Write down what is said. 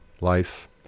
life